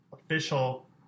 official